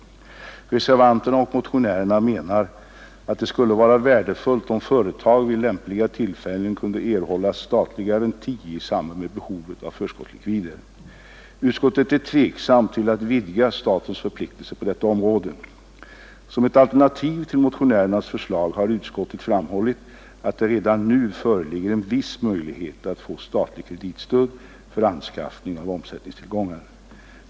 Reservanterna och motionärerna menar att det skulle vara värdefullt om företag vid lämpliga tillfällen kunde erhålla statlig garanti i samband med behovet av förskottslikvider. Utskottet är tveksamt till att vidga statens förpliktelser på detta område. Som ett alternativ till motionärernas förslag har utskottet framhållit att det redan nu föreligger en viss möjlighet att få statligt kreditstöd för anskaffning av omsättningstillgångar.